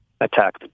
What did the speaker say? attack